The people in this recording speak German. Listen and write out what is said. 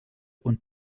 und